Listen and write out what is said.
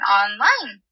online